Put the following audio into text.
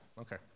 okay